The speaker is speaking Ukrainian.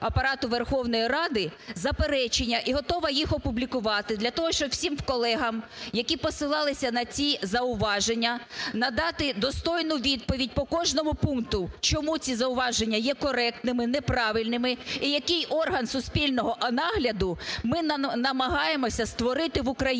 Апарату Верховної Ради заперечення і готова їх опублікувати для того, щоб всім колегам, які посилалися на ці зауваження надати достойну відповідь по кожному пункту чому ці зауваження є коректними, неправильними і, який орган суспільного нагляду ми намагаємося створити в Україні.